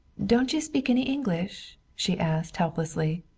don't you speak any english? she asked helplessly.